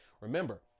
Remember